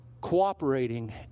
cooperating